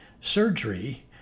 surgery